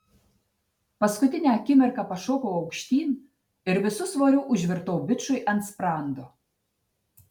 paskutinę akimirką pašokau aukštyn ir visu svoriu užvirtau bičui ant sprando